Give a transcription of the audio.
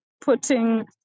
putting